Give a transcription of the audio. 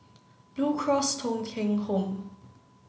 Blue Cross Thong Kheng Home